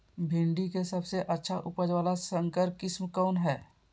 भिंडी के सबसे अच्छा उपज वाला संकर किस्म कौन है?